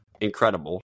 incredible